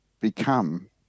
become